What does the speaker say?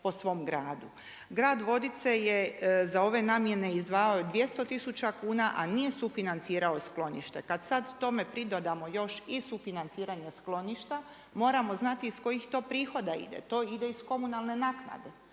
po svom gradu. Grad Vodice je za ove namjene izdvajao 200000 kuna, a nije sufinancirao sklonište. Kad sad tome pridodamo još i sufinanciranje skloništa, moramo znati iz kojih to prihod ide. To ide iz komunalne naknade.